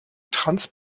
trans